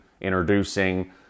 introducing